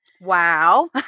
Wow